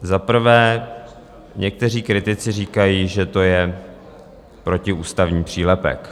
Za prvé, někteří kritici říkají, že to je protiústavní přílepek.